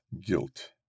guilt